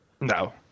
No